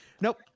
Nope